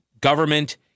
government